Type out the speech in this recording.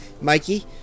Mikey